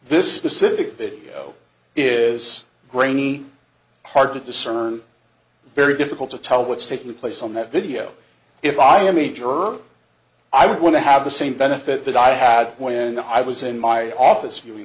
this specific video is grainy hard to discern very difficult to tell what's taking place on that video if i am a jerk i want to have the same benefit that i had when i was in my office